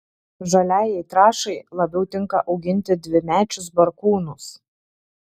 žaliajai trąšai labiau tinka auginti dvimečius barkūnus